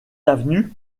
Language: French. avenue